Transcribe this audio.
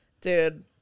Dude